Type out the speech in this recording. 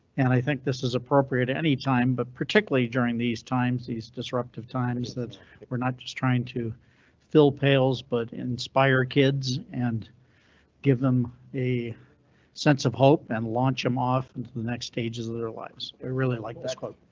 and i think this is appropriate at anytime, but particularly during these times. these disruptive times that we're not just trying to fill pails but inspire kids and give them a sense of hope and launch him off into the next stages of their lives. i really like this quote.